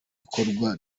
ikorwa